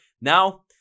Now